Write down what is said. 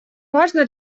важно